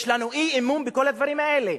יש לנו אי-אמון בכל הדברים האלה.